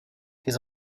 his